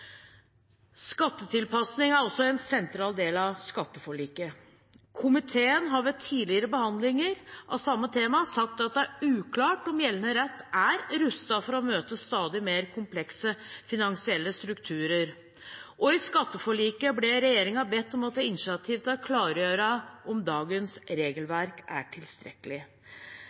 Skattetilpasning er også en sentral del av skatteforliket. Komiteen har ved tidligere behandlinger av samme tema sagt at det er uklart om gjeldende rett er rustet for å møte stadig mer komplekse finansielle strukturer. I skatteforliket ble regjeringen bedt om å ta initiativ til å klargjøre om dagens regelverk er tilstrekkelig.